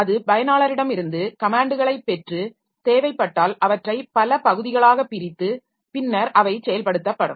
அது பயனாளரிடமிருந்து கமேன்ட்களை பெற்று தேவைப்பட்டால் அவற்றை பல பகுதிகளாகப் பிரித்து பின்னர் அவை செயல்படுத்தப்படும்